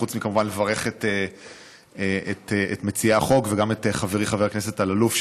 חוץ מלברך כמובן את מציע החוק וגם את חברי חבר הכנסת אלאלוף,